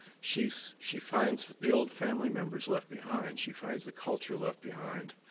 she so she finds the old family members left behind. she finds the culture left behind.